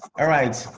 alright,